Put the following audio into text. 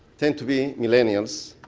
tend to be millennials,